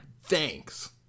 Thanks